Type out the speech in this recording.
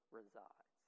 resides